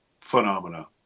phenomena